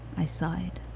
i signed